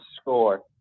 score